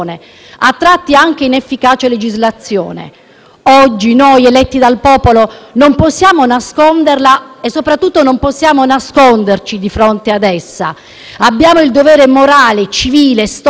Oggi noi, eletti dal popolo, non possiamo nasconderla e soprattutto non possiamo nasconderci di fronte a essa. Abbiamo il dovere morale, civile e storico di imprimere una svolta definitiva;